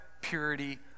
purity